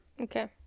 Okay